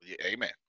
amen